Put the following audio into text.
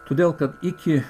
todėl kad iki